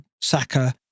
Saka